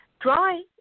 Dry